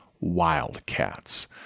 Wildcats